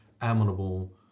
amenable